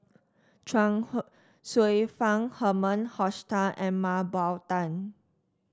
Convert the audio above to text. Chuang Hsueh Fang Herman Hochstadt and Mah Bow Tan